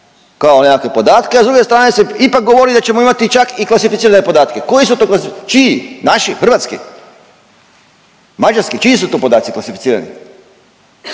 kao nekakve podatke, a s druge strane se ipak govori da ćemo imati čak i klasificirane podatke. Koji su to, čiji, naši, hrvatski, mađarski čiji su to podaci klasificirani?